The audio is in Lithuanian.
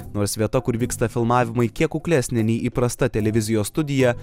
nors vieta kur vyksta filmavimai kiek kuklesnė nei įprasta televizijos studija